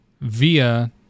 via